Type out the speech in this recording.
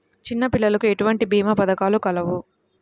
చిన్నపిల్లలకు ఎటువంటి భీమా పథకాలు కలవు?